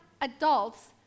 adults